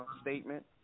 statement